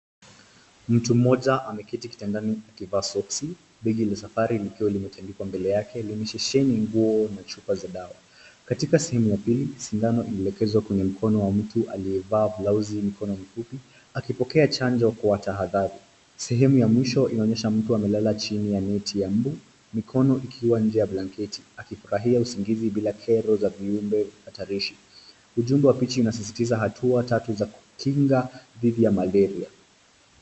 Mtu mmoja ameketi kitandani akivaa soksi, begi la safari likiwa limetandikwa mbele yake, limesheheni nguo na chupa za dawa. Katika sehemu hii, sindano imeelekezwa kwenye mkono wa mtu aliyevaa blausi ya mikono mifupi akipokea chanjo kwa tahadhari. Sehemu ya mwisho inaonyesha mtu amelala chini ya neti ya mbu mikono ikiwa nje ya blanketi akifurahia usingizi bila kero za viumbe hatarishi. Ujumbe wa picha unasisitiza hatua tatu za kukinga dhidi ya malaria.